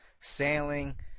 sailing